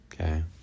Okay